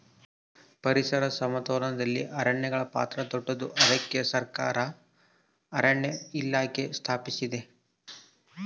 ಪರಿಸರ ಸಮತೋಲನದಲ್ಲಿ ಅರಣ್ಯಗಳ ಪಾತ್ರ ದೊಡ್ಡದು, ಅದಕ್ಕೆ ಸರಕಾರ ಅರಣ್ಯ ಇಲಾಖೆ ಸ್ಥಾಪಿಸಿದೆ